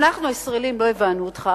אנחנו הישראלים לא הבנו אותך,